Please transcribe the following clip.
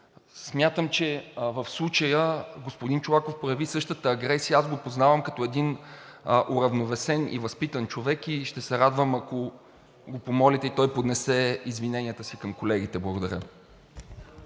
Смятам, че в случая господин Чолаков прояви същата агресия. Аз го познавам като един уравновесен и възпитан човек и ще се радвам, ако го помолите и той поднесе извиненията си към колегите. Благодаря.